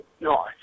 no